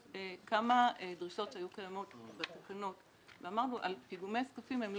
כמה דרישות שהיו קיימות בתקנות ואמרנו: על פיגומי זקפים הם לא יחולו,